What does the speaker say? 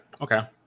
okay